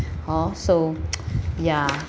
hor so ya